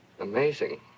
Amazing